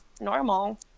normal